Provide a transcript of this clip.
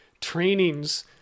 trainings